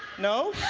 no?